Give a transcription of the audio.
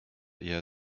eher